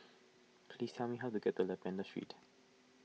please tell me how to get to Lavender Street